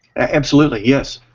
absolutely yes.